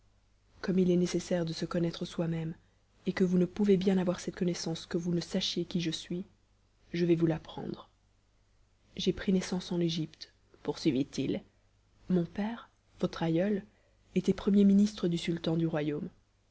comme il est nécessaire de se connaître soimême et que vous ne pouvez bien avoir cette connaissance que vous ne sachiez qui je suis je vais vous l'apprendre j'ai pris naissance en égypte poursuivit-il mon père votre aïeul était premier ministre du sultan du royaume